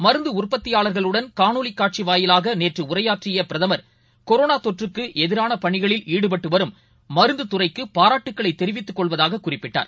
மருந்துஉற்பத்தியாளர்களுடன் காணொலிகாட்சிவாயிலாகநேற்றுஉரையாற்றியபிரதமர் கொரோனாதொற்றுக்குஎதிரானபணிகளில் ஈடுபட்டுவரும் மருந்துதுறைக்குபாராட்டுக்களைதெரிவித்துக்கொள்வதாககுறிப்பிட்டார்